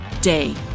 day